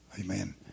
Amen